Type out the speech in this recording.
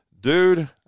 dude